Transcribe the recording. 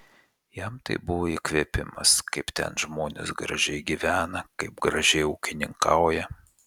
jam tai buvo įkvėpimas kaip ten žmonės gražiai gyvena kaip gražiai ūkininkauja